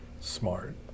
smart